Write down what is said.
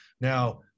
Now